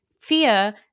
fear